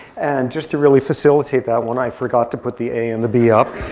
and just to really facilitate that one, i forgot to put the a and the b up.